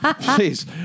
please